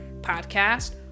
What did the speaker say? podcast